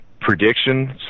Predictions